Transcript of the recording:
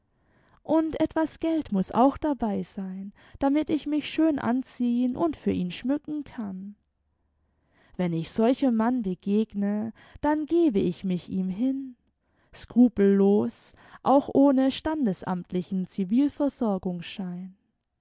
und etwas geld muß auch dabei sein damit ich mich schön anziehn und für ihn schmücken kann wenn ich solchem mann begegne dann gebe ich mich ihm hin skrupellos auch ohne standesamtlichen